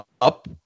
up